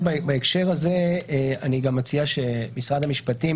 מציע שמשרד המשפטים,